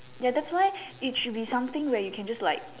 ya that's why it should be something where you can just like